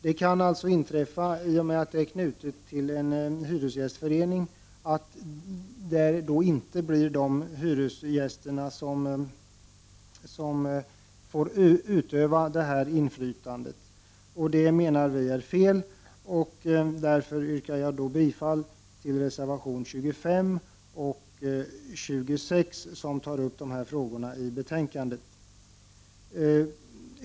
Om inflytandet är knutet till en hyresgästförening, kan det hända att hyresgästerna inte får utöva detta inflytande. Det menar vi i centern är fel, och därför yrkar jag bifall till reservationerna 25 och 26 där dessa frågor tas upp.